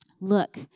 Look